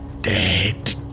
Dead